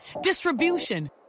distribution